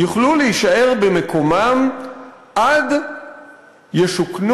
יוכלו להישאר במקומם עד ישוכנו במקומם הקבוע.